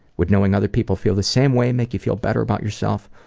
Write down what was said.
would knowing other people feel the same way make you feel better about yourself?